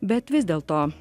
bet vis dėlto